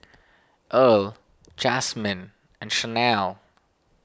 Earl Jasmyne and Chanelle